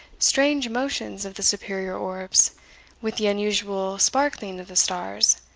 strange motions of the superior orbs with the unusual sparkling of the stars,